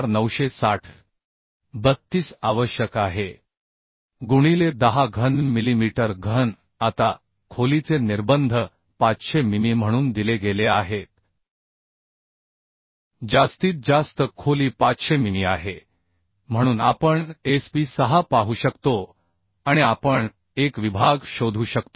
32आवश्यक आहे गुणिले 10 घन मिलीमीटर घन आता खोलीचे निर्बंध 500 मिमी म्हणून दिले गेले आहेत जास्तीत जास्त खोली 500 मिमी आहे म्हणून आपण SP 6 पाहू शकतो आणि आपण एक विभाग शोधू शकतो